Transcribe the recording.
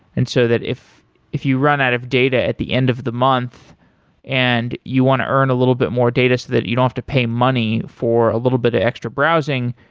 and so that if if you run out of data at the end of the month and you want to earn a little bit more data so that you don't have to pay money for a little bit of extra browsing,